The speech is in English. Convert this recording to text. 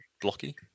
blocky